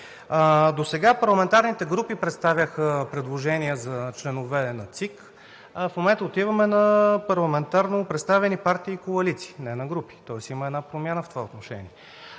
Досега парламентарните групи представяха предложения за членовете на ЦИК, а в момента отиваме на парламентарно представени партии и коалиции, не на групи, тоест има една промяна в това отношение.